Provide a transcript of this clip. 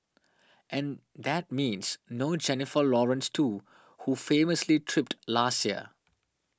and that means no Jennifer Lawrence too who famously tripped last year